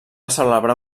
celebrar